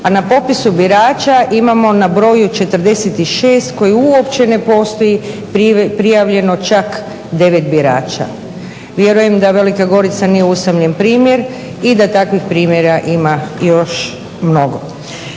a na popisu birača imamo na broju 46 koji uopće ne postoji prijavljeno čak 9 birača. Vjerujem da Velika Gorica nije usamljen primjer i da takvih primjera ima još mnogo.